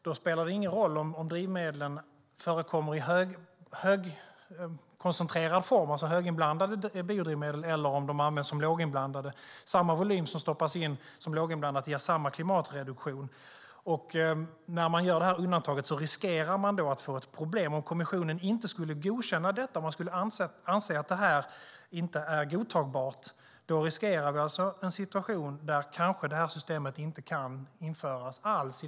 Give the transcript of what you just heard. Då spelar det ingen roll om drivmedlen förekommer i högkoncentrerad form, alltså höginblandade biodrivmedel, eller om de används som låginblandade. Samma volym som stoppas in som låginblandat ger samma klimatreduktion. Om man gör det undantaget riskerar man att få problem. Om kommissionen inte skulle godkänna detta - om de skulle anse att det inte är godtagbart - riskerar vi alltså att det här systemet kanske inte kan införas alls.